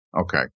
Okay